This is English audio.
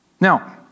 Now